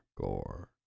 Gore